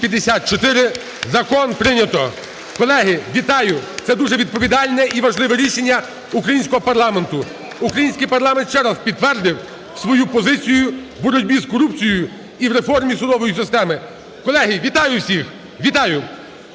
Закон прийнято. Колеги, вітаю це дуже відповідальне і важливе рішення українського парламенту. Український парламент ще раз підтвердив свою позицію у боротьбі з корупцією і в реформі судової системи. Колеги, вітаю всіх! Вітаю!